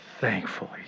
thankfully